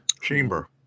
Chamber